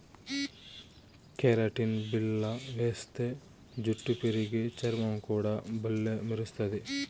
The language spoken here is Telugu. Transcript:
కెరటిన్ బిల్ల వేస్తే జుట్టు పెరిగి, చర్మం కూడా బల్లే మెరస్తది